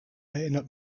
erinnert